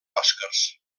oscars